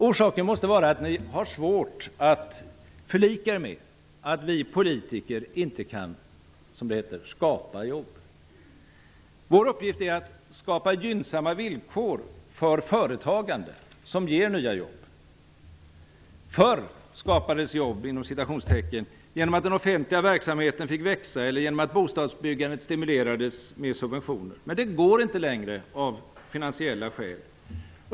Orsaken måste vara att de har svårt att förlika sig med att vi politiker inte kan, som det heter, skapa jobb. Vår uppgift är att skapa gynnsamma villkor för företagande som ger nya jobb. Förr "skapades" jobb genom att den offentliga verksamheten fick växa eller genom att bostadsbyggandet stimulerades med subventioner. Men det går inte längre av finansiella skäl.